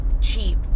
cheap